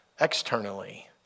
externally